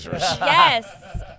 Yes